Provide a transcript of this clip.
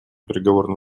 переговорным